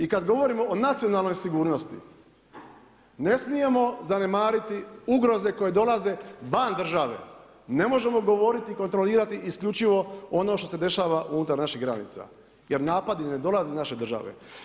I kada govorimo o nacionalnoj sigurnosti, ne smijemo zanemariti ugroze koje dolaze van države, ne možemo govoriti i kontrolirati isključivo ono što se dešava unutar naših granica jer napadi ne dolaze iz naše države.